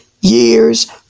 years